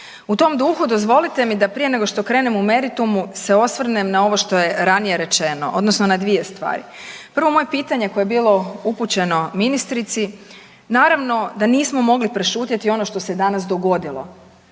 U tom duhu dozvolite mi da prije nego što krenem u meritum se osvrnem ovo što je ranije rečeno, odnosno na dvije stvari. Prvo moje pitanje koje je bilo upućeno ministrici naravno da nismo mogli prešutjeti ono što se danas dogodilo